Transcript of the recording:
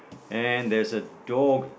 and there's a dog